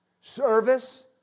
Service